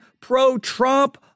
pro-Trump